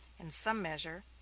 in some measure,